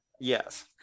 Yes